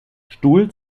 stuhl